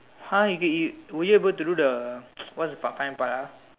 !huh! you get were you able to do the what's the part time part ah